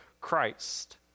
Christ